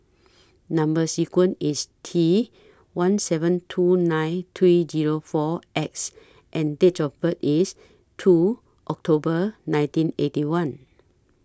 Number sequence IS T one seven two nine three Zero four X and Date of birth IS two October nineteen Eighty One